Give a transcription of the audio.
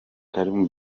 karim